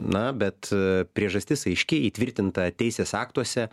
na bet priežastis aiškiai įtvirtinta teisės aktuose